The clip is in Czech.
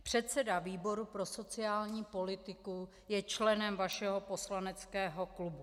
Předseda výboru pro sociální politiku je členem vašeho poslaneckého klubu.